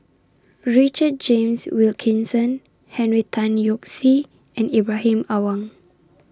Richard James Wilkinson Henry Tan Yoke See and Ibrahim Awang